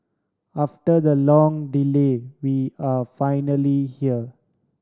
after the long delay we are finally here